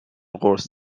قرص